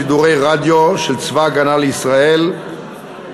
שידורי רדיו של צבא הגנה לישראל (שידורי